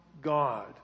God